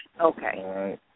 Okay